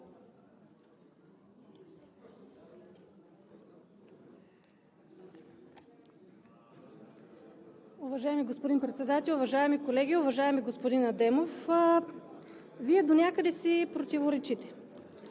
Уважаеми господин Председател, уважаеми колеги! Уважаеми господин Адемов, Вие донякъде си противоречите,